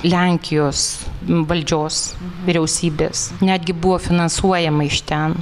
lenkijos valdžios vyriausybės netgi buvo finansuojama iš ten